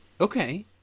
okay